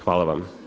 Hvala vam.